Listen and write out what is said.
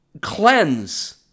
cleanse